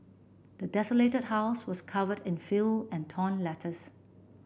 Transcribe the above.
the desolated house was covered in filth and torn letters